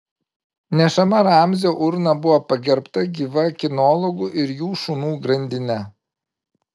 nešama ramzio urna buvo pagerbta gyva kinologų ir jų šunų grandine